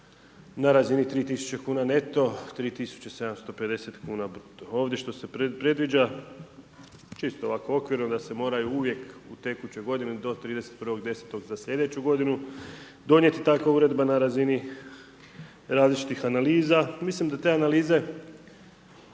na razini 3 tisuće kuna neto, 3 tisuće 750 kuna bruto. Ovdje što se predviđa čisto ovako okvirno da se moraju uvijek u tekućoj godini do 31. 10. za sljedeću godinu donijeti takva uredba na razini različitih analiza. Mislim da te analize